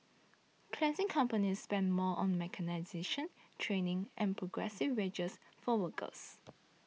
cleansing companies spend more on mechanisation training and progressive wages for workers